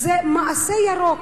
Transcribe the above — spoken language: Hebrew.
זה מעשה ירוק.